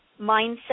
mindset